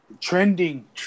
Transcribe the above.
Trending